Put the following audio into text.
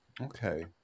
Okay